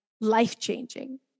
life-changing